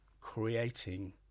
creating